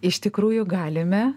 iš tikrųjų galime